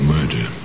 Murder